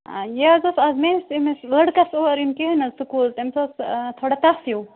یہِ حظ اوس اَز میٛٲنِس أمِس لٔڑکس اور یُن کِہیٖنٛۍ حظ سکوٗل تٔمِس اوس تھوڑا تَپھ ہیٛوٗ